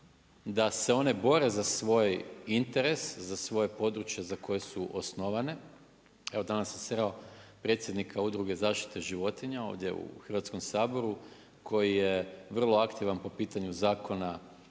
da se one bore za svoj interes, za svoje područje za koje su osnovane. Evo, danas sam sreo predsjednika Udruge za zaštitu životinja ovdje u Hrvatskom saboru, koji je vrlo aktivan po pitanju zakona